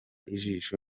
ijisho